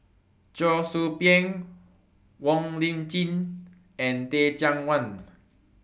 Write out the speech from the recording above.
Cheong Soo Pieng Wong Lip Chin and Teh Cheang Wan